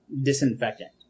disinfectant